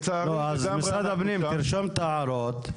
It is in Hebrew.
נו, אז משרד הפנים, תרשום את ההערות.